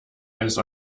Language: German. eines